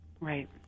Right